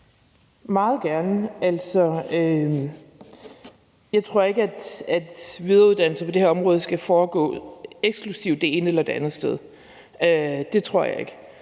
meget gerne. Altså, jeg tror ikke, at videreuddannelser på det her område skal foregå eksklusivt det ene eller det andet sted; det tror jeg ikke.